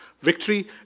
Victory